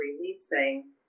releasing